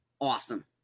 awesome